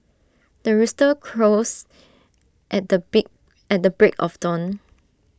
the rooster crows at the bee at the break of dawn